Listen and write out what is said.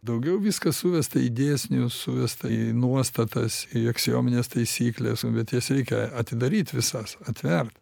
daugiau viskas suvesta į dėsnių suvest į nuostatas į aksiomines taisykles bet jas reikia atidaryt visas atvert